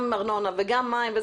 גם ארנונה וגם מים,